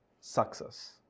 success